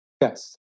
Yes